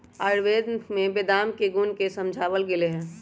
आयुर्वेद में बादाम के गुण के समझावल गैले है